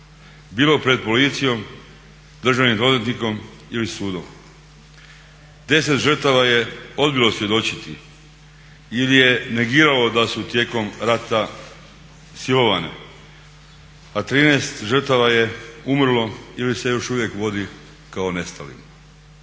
bilo pred policijom, državnim odvjetnikom ili sudom. 10 žrtava je odbilo svjedočiti ili je negiralo da su tijekom rata silovane, a 13 žrtava je umrlo ili se još uvijek vodi kao nestalim.